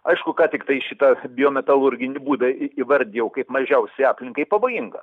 aišku kad tiktai šitą biometalurginį būdą įvardijo kaip mažiausiai aplinkai pavojingą